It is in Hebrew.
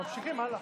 תודה רבה.